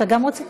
גם אתה רוצה?